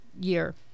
year